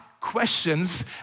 questions